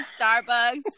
Starbucks